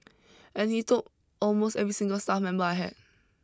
and he took almost every single staff member I had